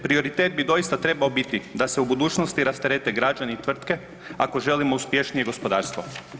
Prioritet bi doista trebao biti da se u budućnosti rasterete građani i tvrtke ako želimo uspješnije gospodarstvo.